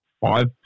five